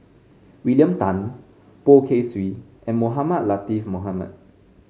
William Tan Poh Kay Swee and Mohamed Latiff Mohamed